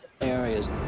areas